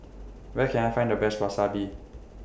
Where Can I Find The Best Wasabi